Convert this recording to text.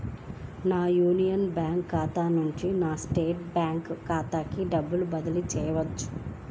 నా Union Bank ఖాతా నుండి నా స్టేట్ బ్యాంకు ఖాతాకి డబ్బు బదిలి చేయవచ్చా?